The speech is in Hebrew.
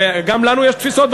וגם לנו יש תפיסות,